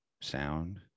sound